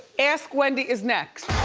ask wendy is next.